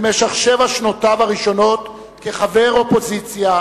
במשך שבע שנותיו הראשונות כחבר האופוזיציה